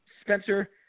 Spencer